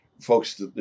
folks